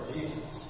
Jesus